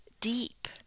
deep